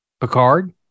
Picard